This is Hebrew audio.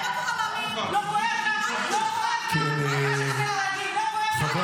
קרה פה משהו --- טלי ------ על הנאום שלך